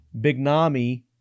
Bignami